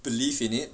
believe in it